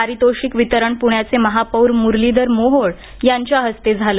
पारितोषिक वितरण प्ण्याचे महापौर मुरलीधर मोहोळ यांच्या हस्ते झालं